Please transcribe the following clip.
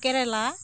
Kerala